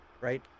right